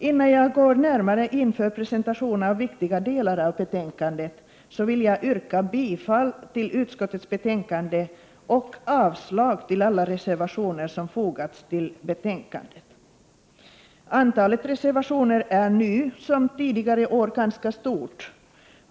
Innan jag går närmare in på en presentation av viktiga delar av betänkandet vill jag yrka bifall till utskottets hemställan och avslag på alla rerservationer som fogats till betänkandet. Antalet reservationer är nu som tidigare år ganska stort.